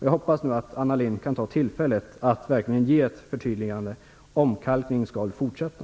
Jag hoppas nu att Anna Lindh kan ta tillfället att verkligen göra ett förtydligande. Omkalkningen skall väl fortsätta?